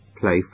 Play